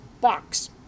box